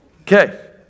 Okay